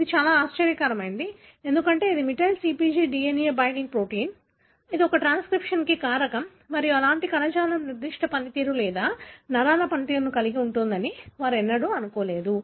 ఇది చాలా ఆశ్చర్యకరమైనది ఎందుకంటే ఇది methyl CpG DNA binding protein ఎందుకంటే ఇది ట్రాన్స్క్రిప్షన్ కారకం మరియు అలాంటి కణజాలం నిర్దిష్ట పనితీరు లేదా నరాల పనితీరును కలిగి ఉంటుందని వారు ఎన్నడూ అనుకోలేదు